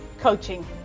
coaching